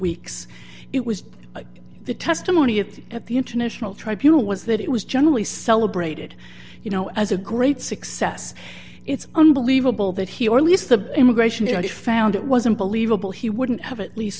weeks it was like the testimony it at the international tribunal was that it was generally celebrated you know as a great success it's unbelievable that he or at least the immigration i found it wasn't believable he wouldn't have at least